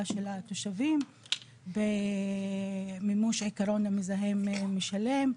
של התושבים במימוש עקרון מזהם משלם,